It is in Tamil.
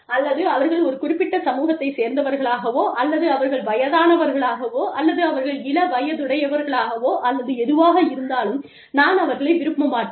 அல்லது அவர்கள் ஒரு குறிப்பிட்ட சமூகத்தைச் சேர்ந்தவர்களாகவோ அல்லது அவர்கள் வயதானவர்களாகவோ அல்லது அவர்கள் இள வயதுடையவர்களாகவோ அல்லது எதுவாக இருந்தாலும் நான் அவர்களை விரும்ப மாட்டேன்